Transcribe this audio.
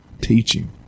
teaching